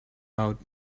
out